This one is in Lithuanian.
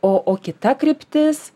o o kita kryptis